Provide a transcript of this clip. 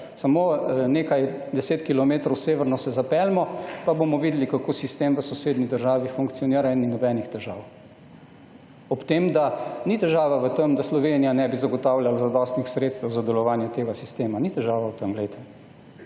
samo nekaj 10 kilometrov severno se zapeljimo in bomo videli, kako sistem v sosednji državi funkcionira in ni nobenih težav. Ob tem, da ni težava v tem, da Slovenija nebi zagotavljala zadostnih sredstev za delovanje tega sistema, ni težava v tem, glejte.